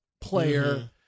player